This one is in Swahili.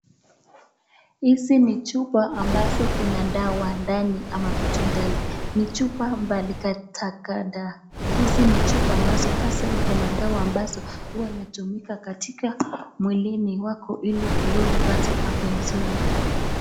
Hizi ni chupa ambazo kuna dawa ndani ama vitu ndani. Ni chupa mbalikada hizi ni chupa ambazo hasa ziko na dawa ambazo huwa zinatumika mwilini wako hili wewe upate afya mzuri.